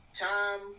time